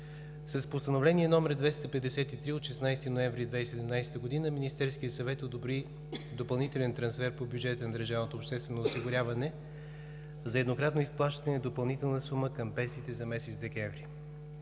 С Постановление № 253 от 16 ноември 2017 г. Министерският съвет одобри допълнителен трансфер по бюджета на държавното обществено осигуряване за еднократно изплащане допълнителна сума към пенсиите за месец декември.